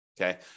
Okay